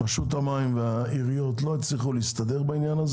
שרשות המים והעיריות לא הצליחו להסתדר בעניין.